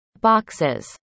boxes